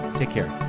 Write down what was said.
take care